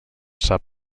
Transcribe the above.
sap